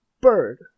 bird